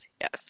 yes